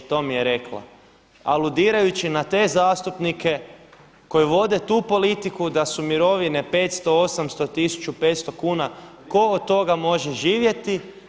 To mi je rekla, aludirajući na te zastupnike koji vode tu politiku da su mirovine 500, 800, 1500 kuna, tko od toga može živjeti.